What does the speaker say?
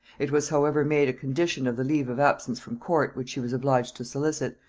it was however made a condition of the leave of absence from court which she was obliged to solicit,